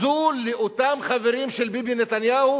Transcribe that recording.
התנקזו לאותם חברים של ביבי נתניהו